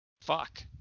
fuck